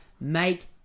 make